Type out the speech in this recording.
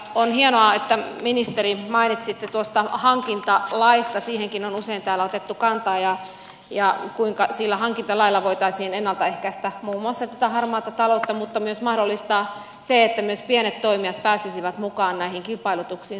on hienoa että ministeri mainitsitte tuosta hankintalaista siihenkin on usein täällä otettu kantaa ja kuinka sillä hankintalailla voitaisiin ennalta ehkäistä muun muassa tätä harmaata taloutta mutta myös mahdollistaa se että myös pienet toimijat pääsisivät mukaan näihin kilpailutuksiin